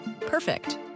Perfect